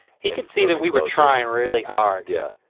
he could see that we were trying really hard. yeah.